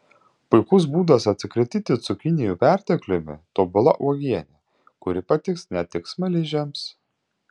puikus būdas atsikratyti cukinijų pertekliumi tobula uogienė kuri patiks ne tik smaližiams